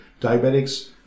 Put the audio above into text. diabetics